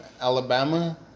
Alabama